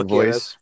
voice